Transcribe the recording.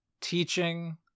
teaching